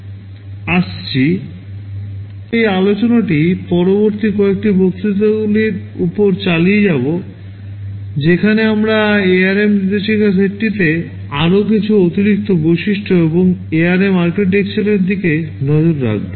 আমরা এই আলোচনাটি পরবর্তী কয়েকটি বক্তৃতাগুলির উপরে চালিয়ে যাব যেখানে আমরা ARM নির্দেশিকা সেটটিতে আরও কিছু অতিরিক্ত বৈশিষ্ট্য এবং ARM আর্কিটেকচারের দিকে নজর রাখব